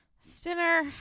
Spinner